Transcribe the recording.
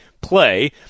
PLAY